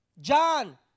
John